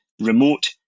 remote